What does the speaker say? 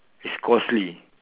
is costly